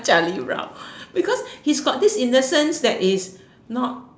Charlie-Brown because he got this innocence that is not